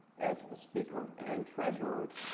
as the speaker and treasurer,